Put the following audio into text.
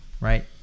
right